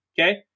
okay